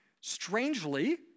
Strangely